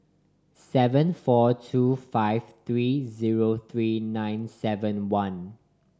seven four two five three zero three nine seven one